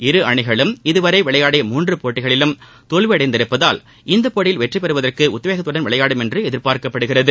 இரு அணிகளும் இதுவரை விளையாடிய மூன்று போட்டிகளிலும் தோல்வியடைந்துள்ளதால் இந்தப் போட்டியில் வெற்றி பெறுவதற்கு உத்வேகத்துடன் விளையாடும் என்று எதிர்பார்க்கப்படுகிறது